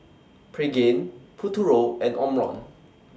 Pregain Futuro and Omron